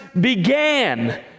began